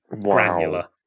granular